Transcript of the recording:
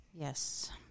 Yes